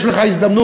יש לך הזדמנות.